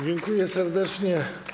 Dziękuję serdecznie.